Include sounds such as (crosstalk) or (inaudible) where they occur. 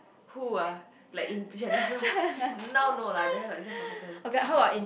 who ah like in general (laughs) now no lah there like don't have a person irritates me